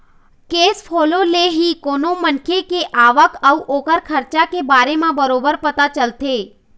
cash flow ले ही कोनो मनखे के आवक अउ ओखर खरचा के बारे म बरोबर पता चलथे